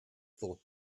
thought